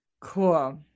Cool